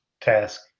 task